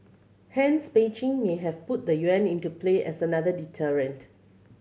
hence Beijing may have put the yuan into play as another deterrent